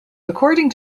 according